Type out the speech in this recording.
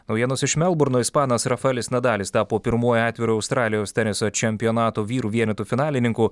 naujienos iš melburno ispanas rafaelis nadalis tapo pirmuoju atviru australijos teniso čempionato vyrų vienetų finalininku